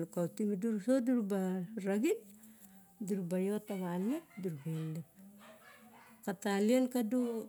lukautim idi, duraba raxin, dura ba elelep